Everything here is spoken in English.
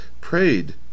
prayed